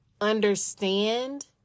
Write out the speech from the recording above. understand